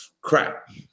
crap